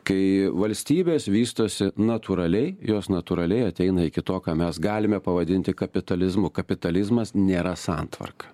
kai valstybės vystosi natūraliai jos natūraliai ateina iki to ką mes galime pavadinti kapitalizmu kapitalizmas nėra santvarka